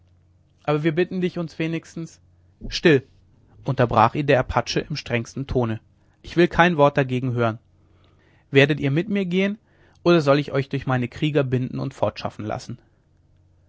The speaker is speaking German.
aber wir bitten dich uns wenigstens still unterbrach ihn der apache im strengsten tone ich will kein wort dagegen hören werdet ihr mit mir gehen oder soll ich euch durch meine krieger binden und fortschaffen lassen